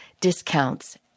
discounts